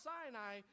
Sinai